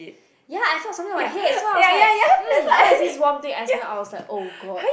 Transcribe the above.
ya I felt something on my head so I was like um what is this warm thing I smelt I was like oh god